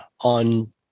on